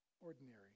ordinary